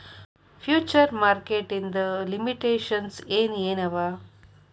Future market ಇಂದ್ limitations ಏನ್ ಏನವ?